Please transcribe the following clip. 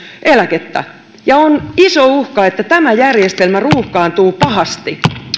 on iso uhka että tämä järjestelmä ruuhkaantuu pahasti